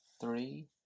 three